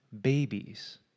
babies